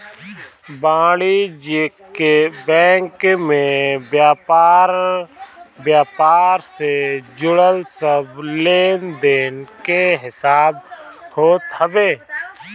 वाणिज्यिक बैंक में व्यापार व्यापार से जुड़ल सब लेनदेन के हिसाब होत हवे